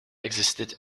existed